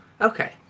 Okay